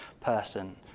person